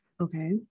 Okay